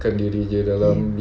ya